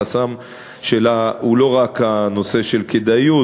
החסם שלה הוא לא רק הנושא של כדאיות,